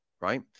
Right